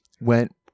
went